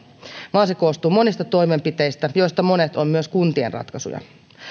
vaan se koostuu monista toimenpiteistä joista monet ovat myös kuntien ratkaisuja